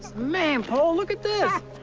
man, paul, look at this!